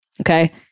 Okay